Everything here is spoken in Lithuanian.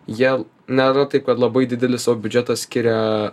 jie nėra taip kad labai didelį savo biudžetą skiria